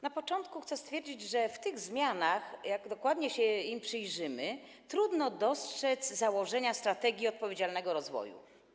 Na początku chcę stwierdzić, że w tych zmianach, jak dokładnie się im przyjrzymy, trudno dostrzec, jakie są założenia strategii odpowiedzialnego rozwoju.